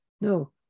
No